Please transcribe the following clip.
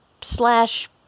slash